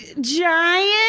giant